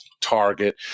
Target